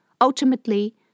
Ultimately